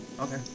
Okay